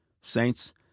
Saints